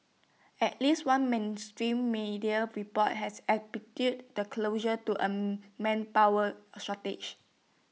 at least one mainstream media report has attributed the closure to A manpower shortage